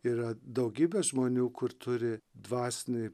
yra daugybė žmonių kur turi dvasinę